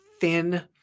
thin